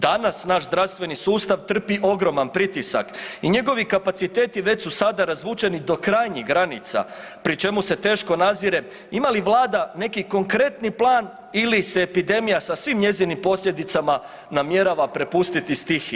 Danas naš zdravstveni sustav trpi ogroman pritisak i njegovi kapaciteti već su sada razvučeni do krajnjih granica pri čemu se teško nazire ima li vlada neki konkretni plan ili se epidemija sa svim njezinim posljedicama namjerava prepustiti stihiji?